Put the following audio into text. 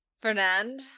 Fernand